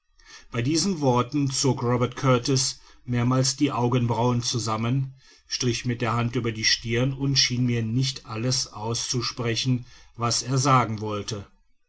bei diesen worten zog robert kurtis mehrmals die augenbrauen zusammen strich mit der hand über die stirn und schien mir nicht alles auszusprechen was er sagen wollte